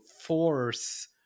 force